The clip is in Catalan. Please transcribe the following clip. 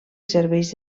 serveix